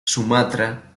sumatra